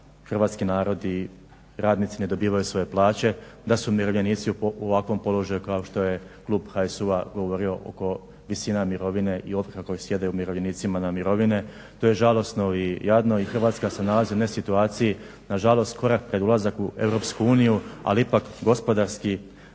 hrvatski narodi, radnici ne dobivaju svoje plaće, da su umirovljenici u ovakvom položaju kao što je klub HSU-a govorio oko visina mirovine i ovrha koje sjede umirovljenicima na mirovine. To je žalosno i jadno i Hrvatska se nalazi u jednoj situaciji na žalost korak pred ulazak u Europsku uniju, ali ipak gospodarski